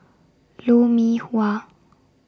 Lou Mee Wah